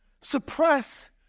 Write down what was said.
suppress